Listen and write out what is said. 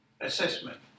assessment